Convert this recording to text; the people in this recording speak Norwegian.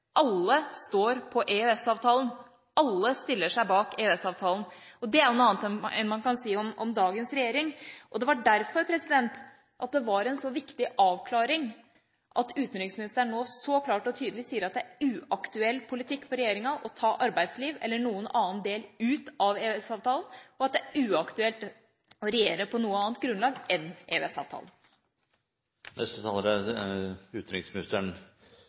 Alle står på EØS-avtalen. Alle stiller seg bak EØS-avtalen. Det er noe annet enn man kan si om dagens regjering. Det er derfor det er en så viktig avklaring at utenriksministeren nå så klart og tydelig sier at det er uaktuell politikk for regjeringa å ta arbeidsliv eller noen annen del ut av EØS-avtalen, og at det er uaktuelt å regjere på noe annet grunnlag enn